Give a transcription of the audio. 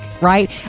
right